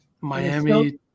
Miami